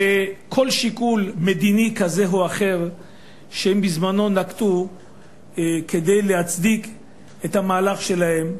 וכל שיקול מדיני כזה או אחר שהם בזמנם נקטו כדי להצדיק את המהלך שלהם,